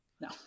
No